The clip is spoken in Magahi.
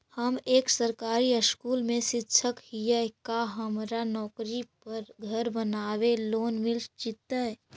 हम एक सरकारी स्कूल में शिक्षक हियै का हमरा नौकरी पर घर बनाबे लोन मिल जितै?